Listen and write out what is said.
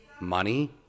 money